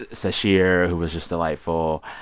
sasheer, who was just delightful.